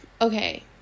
Okay